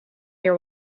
your